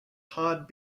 hard